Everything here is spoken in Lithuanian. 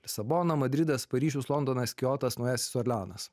lisaboną madridas paryžius londonas kiotas naujasis orleanas